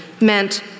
meant